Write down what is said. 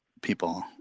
people